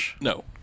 No